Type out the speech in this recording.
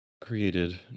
created